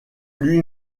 lui